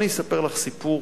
אני אספר לך סיפור